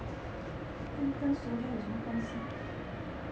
跟跟 soju 有什么关系